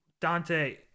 dante